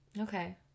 Okay